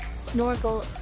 Snorkel